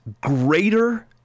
greater